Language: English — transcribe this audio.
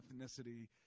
ethnicity